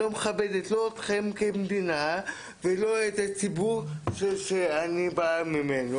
אתכם כמדינה ולא את הציבור שאני בא ממנו.